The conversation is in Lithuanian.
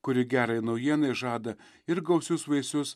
kuri gerajai naujienai žada ir gausius vaisius